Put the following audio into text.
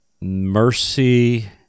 Mercy